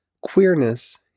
queerness